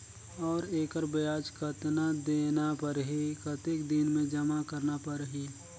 और एकर ब्याज कतना देना परही कतेक दिन मे जमा करना परही??